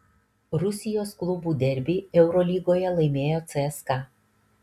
rusijos klubų derbį eurolygoje laimėjo cska